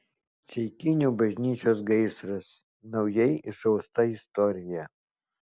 ceikinių bažnyčios gaisras naujai išausta istorija